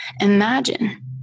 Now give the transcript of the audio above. Imagine